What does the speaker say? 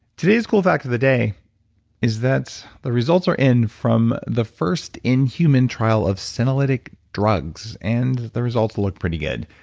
today's cool fact of the day is that the results are in from the first in human trial of senolytic drugs and the results look pretty good.